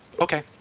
okay